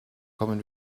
kommen